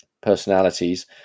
personalities